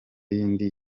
y’indi